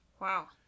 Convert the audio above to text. Wow